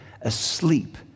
asleep